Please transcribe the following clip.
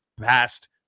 past